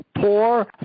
poor